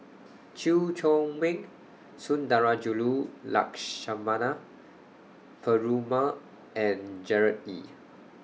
Chew Chor Meng Sundarajulu Lakshmana Perumal and Gerard Ee